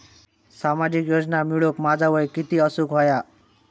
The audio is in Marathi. सामाजिक योजना मिळवूक माझा वय किती असूक व्हया?